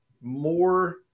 more